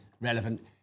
relevant